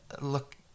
Look